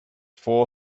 four